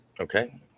Okay